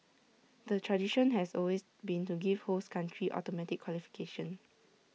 the tradition has always been to give host country automatic qualification